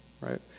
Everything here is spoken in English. right